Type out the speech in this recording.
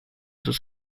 sus